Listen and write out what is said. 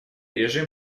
режим